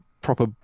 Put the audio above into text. proper